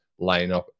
lineup